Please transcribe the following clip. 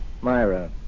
Myra